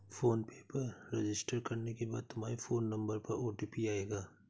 phone पे पर register करने के बाद तुम्हारे फोन नंबर पर ओ.टी.पी आएगा